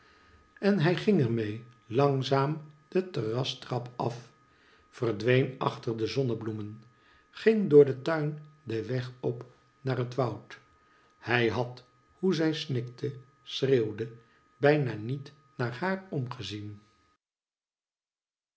en hij ging er mee langzaam de terrastrap af verdween achter de zonnebloemen ging door den tuin den weg op naar het woud hij had hoe zij snikte schreeuwde bijna niet naar haar omgezien